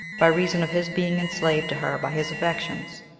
by reason of his being enslaved to her by his affections.